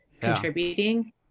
contributing